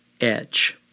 edge